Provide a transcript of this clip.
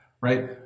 Right